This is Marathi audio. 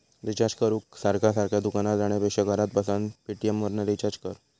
रिचार्ज करूक सारखा सारखा दुकानार जाण्यापेक्षा घरात बसान पेटीएमवरना रिचार्ज कर